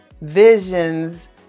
visions